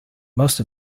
most